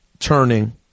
turning